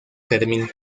fermín